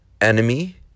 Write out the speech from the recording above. enemy